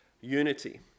unity